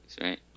right